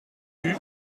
rue